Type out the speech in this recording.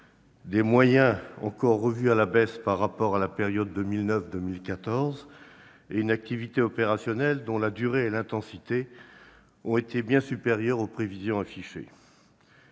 des moyens encore revus à la baisse par rapport à la période 2009-2014 et une activité opérationnelle dont la durée et l'intensité ont été bien supérieures aux prévisions affichées.